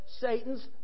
Satan's